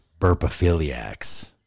burpophiliacs